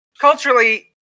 Culturally